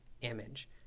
image